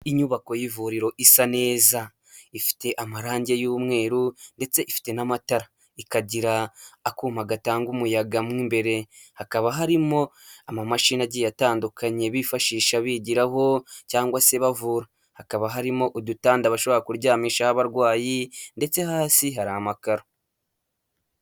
Inyubako y'ivuriro isa neza, ifite amarangi y'umweru ndetse ifite n'amatara. Ikagira akuma gatanga umuyaga mo imbere, hakaba harimo amamashini agiye atandukanye bifashisha bigiraho, cyangwa se bavura. Hakaba harimo udutanda bashobora kuryamishaho abarwayi ndetse hasi hari amakaro.